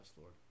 Lord